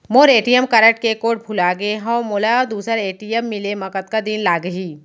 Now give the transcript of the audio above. मोर ATM card के code भुला गे हव, मोला दूसर ए.टी.एम मिले म कतका दिन लागही?